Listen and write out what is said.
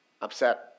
Upset